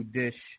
dish